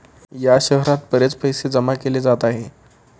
या शहरात बरेच पैसे जमा केले जात आहे